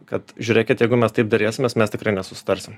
kad žiūrėkit jeigu mes taip derėsimės mes tikrai nesusitarsim